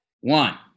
One